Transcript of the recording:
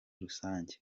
rusange